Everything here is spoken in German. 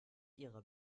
ihrer